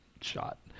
shot